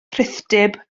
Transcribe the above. rhithdyb